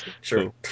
sure